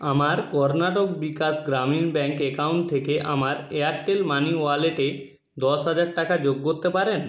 আমার Karnataka Vikas Grameen bank account থেকে আমার এয়ারটেল মানি ওয়ালেটে দশ হাজার টাকা যোগ করতে পারেন